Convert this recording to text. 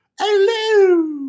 Hello